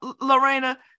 Lorena